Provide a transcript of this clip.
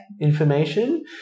information